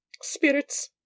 Spirits